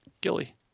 Gilly